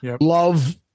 love